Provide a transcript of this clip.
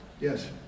yes